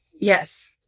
Yes